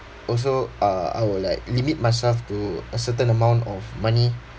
also uh I will like limit myself to a certain amount of money